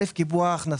ראשית, קיבוע ההכנסות.